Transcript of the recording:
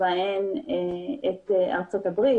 ובהן את ארה"ב,